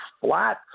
flat